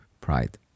pride